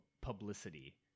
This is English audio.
publicity